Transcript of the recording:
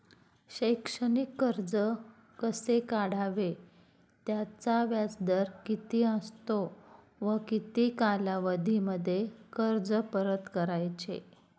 शैक्षणिक कर्ज कसे काढावे? त्याचा व्याजदर किती असतो व किती कालावधीमध्ये कर्ज परत करायचे?